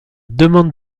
demande